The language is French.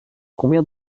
combien